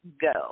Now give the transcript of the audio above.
go